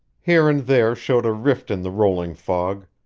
here and there showed a rift in the rolling fog,